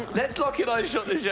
let's lock in i shot the yeah